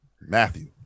matthew